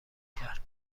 کرد